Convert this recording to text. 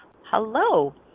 hello